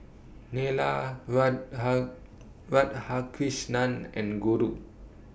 Neila Radhakrishnan and Guru